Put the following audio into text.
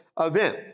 event